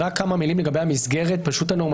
רק כמה מילים לגבי המסגרת הנורמטיבית,